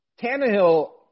Tannehill